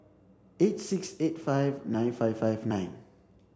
eight six eight five nine five five nine